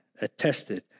attested